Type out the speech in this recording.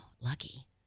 Lucky